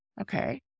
Okay